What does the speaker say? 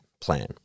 plan